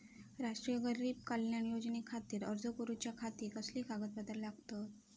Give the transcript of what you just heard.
राष्ट्रीय गरीब कल्याण योजनेखातीर अर्ज करूच्या खाती कसली कागदपत्रा लागतत?